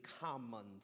common